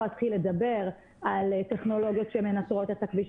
להתחיל לדבר על טכנולוגיות שמנטרות את הכביש